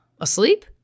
asleep